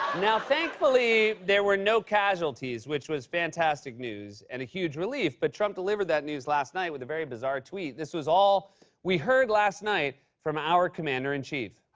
now, thankfully, there were no casualties, which was fantastic news and a huge relief. but trump delivered that news last night with a very bizarre tweet. this was all we heard last night from our commander-in-chief.